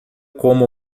como